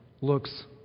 looks